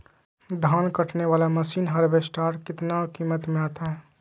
धान कटने बाला मसीन हार्बेस्टार कितना किमत में आता है?